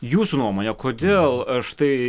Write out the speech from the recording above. jūsų nuomone kodėl štai